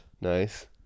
Nice